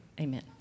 Amen